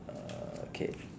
uh okay